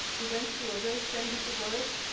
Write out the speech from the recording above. they went through a very friendly divorce,